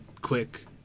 quick